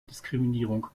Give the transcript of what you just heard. diskriminierung